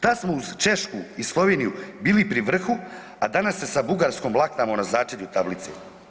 Tad smo uz Češku i Sloveniju bili pri vrhu, a danas se s Bugarskom laktamo na začelju tablice.